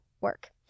Work